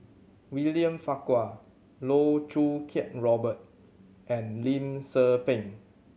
William Farquhar Loh Choo Kiat Robert and Lim Tze Peng